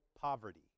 poverty